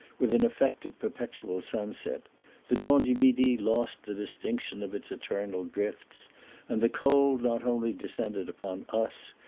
with an effect of perpetual sunset the dent-du-midi lost the distinction of its eternal drifts and the cold not only descended upon us,